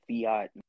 fiat